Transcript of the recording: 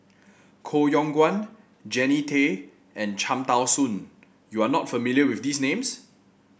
Koh Yong Guan Jannie Tay and Cham Tao Soon you are not familiar with these names